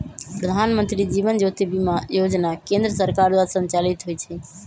प्रधानमंत्री जीवन ज्योति बीमा जोजना केंद्र सरकार द्वारा संचालित होइ छइ